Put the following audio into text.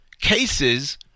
cases